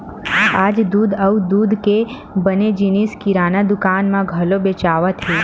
आज दूद अउ दूद के बने जिनिस किराना दुकान म घलो बेचावत हे